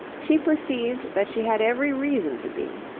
she perceived that she had every reason to be.